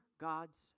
God's